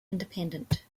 independent